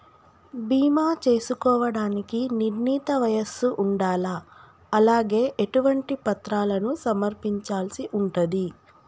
బీమా చేసుకోవడానికి నిర్ణీత వయస్సు ఉండాలా? అలాగే ఎటువంటి పత్రాలను సమర్పించాల్సి ఉంటది?